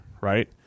right